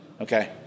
okay